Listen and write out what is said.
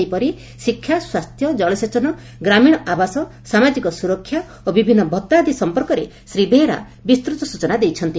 ସେହିପରି ଶିକ୍ଷା ସ୍ୱାସ୍ଥ୍ୟ ଜଳସେଚନ ଗ୍ରାମୀଣ ଆବାସ ସାମାଜିକ ସୁରକ୍ଷା ଓ ବିଭିନ୍ନ ଭତ୍ତା ଆଦି ସମ୍ପର୍କରେ ଶ୍ରୀ ବେହେରା ବିସ୍ତୃତ ସୂଚନା ଦେଇଛନ୍ତି